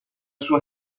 sua